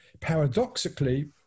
paradoxically